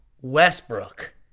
Westbrook